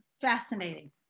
fascinating